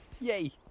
Yay